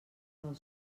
del